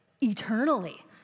eternally